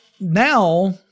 now